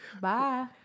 Bye